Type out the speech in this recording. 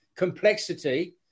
complexity